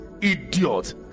idiot